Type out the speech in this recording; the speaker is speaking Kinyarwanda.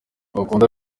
bakunda